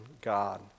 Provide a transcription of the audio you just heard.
God